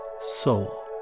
soul